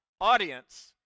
audience